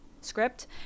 script